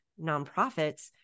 nonprofits